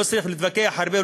לא צריך להתווכח הרבה,